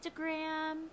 Instagram